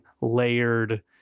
layered